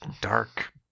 Dark